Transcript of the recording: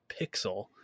pixel